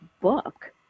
book